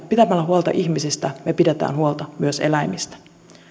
pitämällä huolta ihmisistä me pidämme huolta myös eläimistä